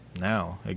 Now